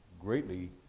greatly